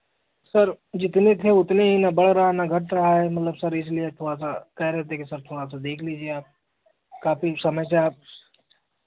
sir जितने थे उतने ही ना बढ़ रहा है ना घट रहा है मतलब सर इसलिए थोड़ा सा कह रहे थे कि सर थोड़ा सा देख लीजिए आप काफ़ी समय से आप